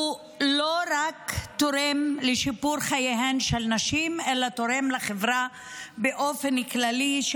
הוא לא רק תורם לשיפור חייהן של נשים אלא תורם באופן כללי לחברה,